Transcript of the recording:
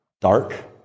dark